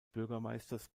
bürgermeisters